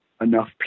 enough